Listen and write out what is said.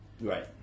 Right